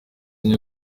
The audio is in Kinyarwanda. enye